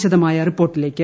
വിശദമായ റിപ്പോർട്ടിലേക്ക്